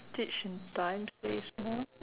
stitch in time saves nine